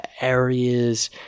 areas